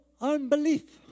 unbelief